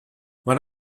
one